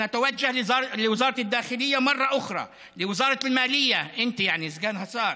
נפנה למשרד הפנים פעם נוספת,